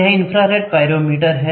यह infrared pyrometer है